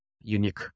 unique